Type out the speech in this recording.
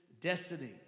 destiny